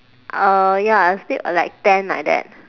uh ya I sleep like ten like that